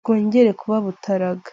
bwongere kuba butaraga.